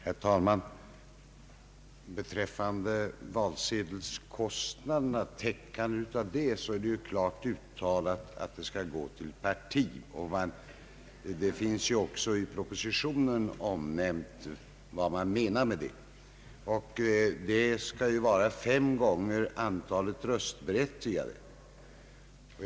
Herr talman! Beträffande täckande av valsedelskostnaderna är det klart uttalat att pengarna skall gå till partierna. I propositionen föreslås att parti äger att gratis få valsedlar till ett antal som motsvarar högst fem gånger antalet röstberättigade.